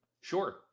Sure